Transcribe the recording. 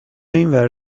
اینور